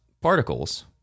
particles